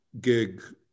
gig